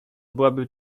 byłaby